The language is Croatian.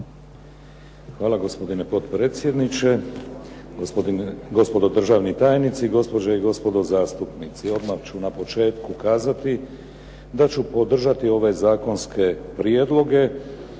Hvala gospodine potpredsjedniče. Gospodo državni tajnici, gospođe i gospodo zastupnici. Odmah ću na početku kazati da ću podržati ove zakonske prijedloge,